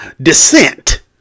descent